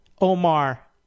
Omar